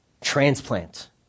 transplant